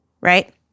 right